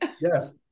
Yes